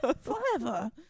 forever